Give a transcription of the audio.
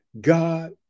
God